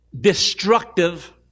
destructive